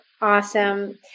awesome